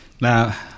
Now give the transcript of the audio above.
Now